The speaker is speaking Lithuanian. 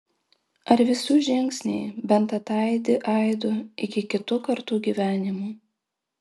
ar visų žingsniai bent ataidi aidu iki kitų kartų gyvenimų